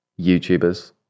youtubers